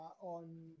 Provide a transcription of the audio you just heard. on